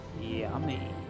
Yummy